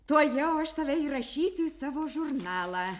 tuojau aš tave įrašysiu į savo žurnalą